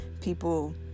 people